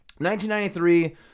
1993